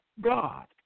God